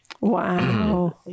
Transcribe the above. wow